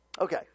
Okay